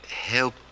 help